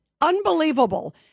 unbelievable